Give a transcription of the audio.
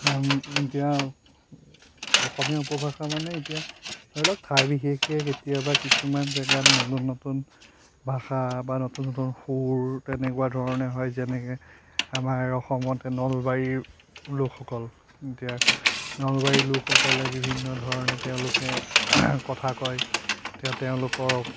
এতিয়া অসমীয়া উপভাষা মানে এতিয়া ধৰি লওক ঠাই বিশেষে কেতিয়াবা কিছুমান জেগাত নতুন নতুন ভাষা বা নতুন নতুন সুৰ তেনেকুৱা ধৰণে হয় যেনেকৈ আমাৰ অসমতে নলবাৰীৰ লোকসকল এতিয়া নলবাৰীৰ লোকসকলে বিভিন্ন ধৰণে তেওঁলোকে কথা কয় এতিয়া তেওঁলোকৰ